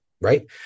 Right